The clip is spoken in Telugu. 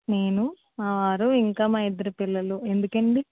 నేను మావారు ఇంకా మా ఇద్దరి పిల్లలు ఎందుకండి